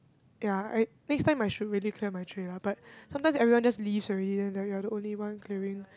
ya I next time I should really clear my tray lah but sometimes everyone just leaves already then like you're the only one clearing